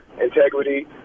integrity